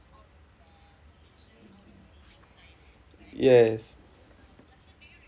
yes